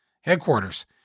headquarters